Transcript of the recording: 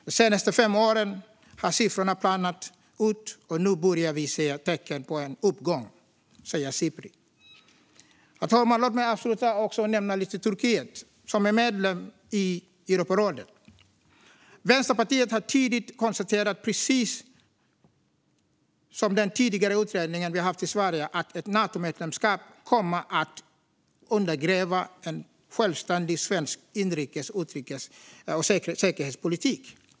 De senaste fem åren har siffrorna planat ut, och nu börjar vi se tecken på en uppgång, säger Sipri. Herr talman! Låt mig även nämna Turkiet, som också är medlem i Europarådet. Vänsterpartiet konstaterade tidigt, precis som den tidigare svenska utredningen, att ett Natomedlemskap kommer att undergräva en självständig svensk utrikes och säkerhetspolitik.